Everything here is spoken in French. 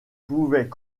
voulait